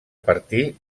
partir